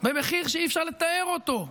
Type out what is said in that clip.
במחיר שאי-אפשר לתאר אותו,